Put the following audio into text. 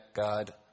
God